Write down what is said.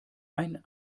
ein